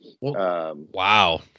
Wow